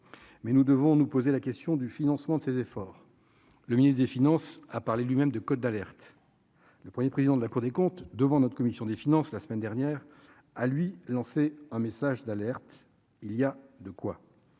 mais nous devons nous poser la question du financement de ses efforts, le ministre des Finances a parlé lui-même de cote d'alerte le 1er président de la Cour des comptes devant notre commission des finances la semaine dernière à lui lancé un message d'alerte, il y a de quoi